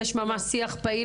יש ממש שיח פעיל,